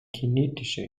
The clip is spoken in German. kinetische